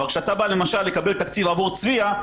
אבל כשאתה בא לקבל תקציב עבור "צביה",